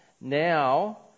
Now